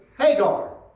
Hagar